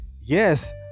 Yes